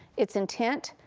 it's intent,